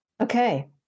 Okay